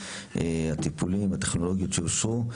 הטיפולים והטכנולוגיות שאושרו,